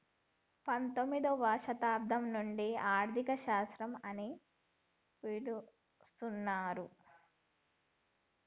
పంతొమ్మిదవ శతాబ్దం నుండి ఆర్థిక శాస్త్రం అని పిలుత్తున్నరు